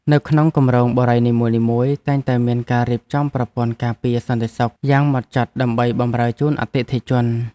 នៅក្នុងគម្រោងបុរីនីមួយៗតែងតែមានការរៀបចំប្រព័ន្ធការពារសន្តិសុខយ៉ាងហ្មត់ចត់ដើម្បីបម្រើជូនអតិថិជន។